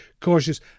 cautious